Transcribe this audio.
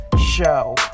show